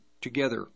together